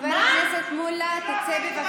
זו הממשלה שלכם אומרת.